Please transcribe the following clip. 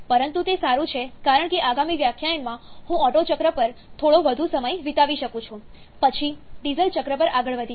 પરંતુ તે સારું છે કારણ કે આગામી વ્યાખ્યાનમાં હું ઓટ્ટો ચક્ર પર થોડો વધુ સમય વિતાવી શકું છું પછી ડીઝલ ચક્ર પર આગળ વધીશ